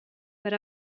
per